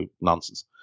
nonsense